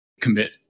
commit